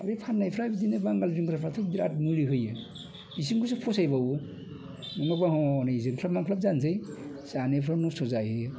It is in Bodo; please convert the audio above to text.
बै फाननायफ्रा बिदिनो बांगाल जुंगालफ्राथ' बिराद मुलि होयो इसोरनिखौसो फसायबावो नङाब्ला हनै जोंख्लाब माफ्लाब जानोसै जानायफ्राव नस्थ' जाहैयो